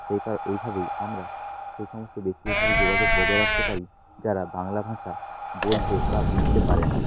এই ভাবেই আমরা সেই সমস্ত ব্যক্তিদের সাথে যোগাযোগ বজায় রাখতে পারি যারা বাংলা ভাষা বলতে বা বুঝতে পারে না